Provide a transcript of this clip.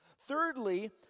Thirdly